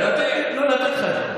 הסבר, נתתי לך הסבר.